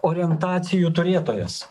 orientacijų turėtojas